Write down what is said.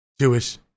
Jewish